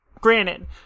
Granted